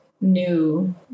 new